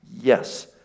Yes